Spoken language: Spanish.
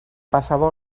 pasaba